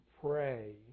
pray